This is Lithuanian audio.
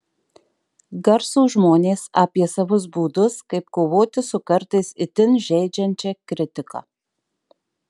garsūs žmonės apie savus būdus kaip kovoti su kartais itin žeidžiančia kritika